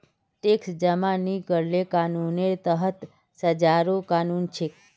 tax नी जमा करले कानूनेर तहत सजारो कानून छेक